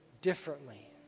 differently